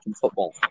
football